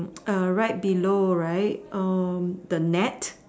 err right below right um the net